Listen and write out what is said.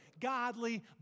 godly